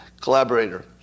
Collaborator